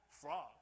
Frog